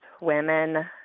women